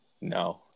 No